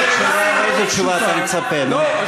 השאלה פשוטה מאוד.